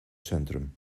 centrum